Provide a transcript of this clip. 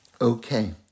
Okay